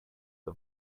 the